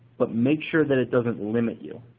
but make sure that it doesn't limit you.